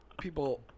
people